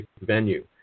venue